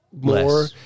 more